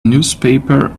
newspaper